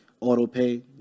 auto-pay